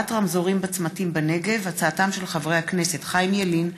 בעקבות דיון מהיר בהצעתם של חברי הכנסת חיים ילין,